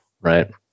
Right